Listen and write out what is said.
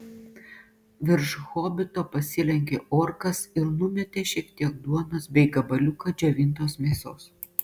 virš hobito pasilenkė orkas ir numetė šiek tiek duonos bei gabaliuką džiovintos mėsos